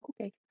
Okay